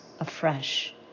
afresh